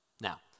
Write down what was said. Now